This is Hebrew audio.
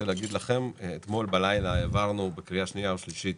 אתמול בלילה העברנו בקריאה שנייה ושלישית